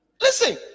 listen